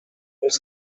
els